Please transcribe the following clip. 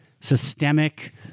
systemic